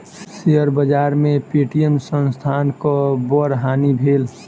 share बाजार में Paytm संस्थानक बड़ हानि भेल